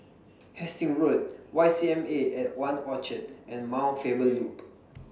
Hastings Road Y C M A At one Orchard and Mount Faber Loop